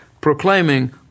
proclaiming